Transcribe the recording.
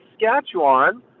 Saskatchewan